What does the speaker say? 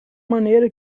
maneira